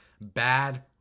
bad